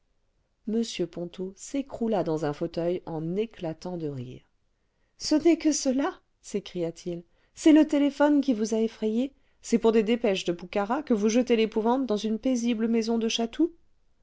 m ponto s'écroula dans un fauteuil en éclatant de rire ce n'est que cela s'écria-t-il c'est le téléphone qui vous a effrayée c'est pour des dépêches de boukhara que vous jetez l'épouvante dans une paisible maison de chatou